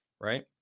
right